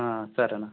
సరే అన్న